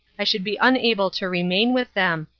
i should be unable to remain with them,